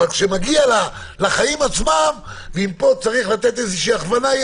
אבל כשזה מגיע לחיים עצמם וצריך לתת איזושהי הכוונה,